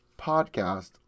podcast